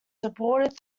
supported